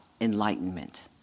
enlightenment